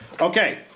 Okay